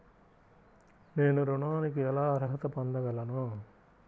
నేను ఋణానికి ఎలా అర్హత పొందగలను?